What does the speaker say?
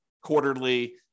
quarterly